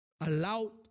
allowed